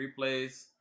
replays